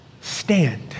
Stand